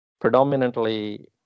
predominantly